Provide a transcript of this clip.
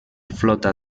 flota